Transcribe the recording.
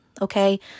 Okay